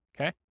okay